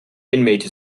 intimate